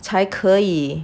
才可以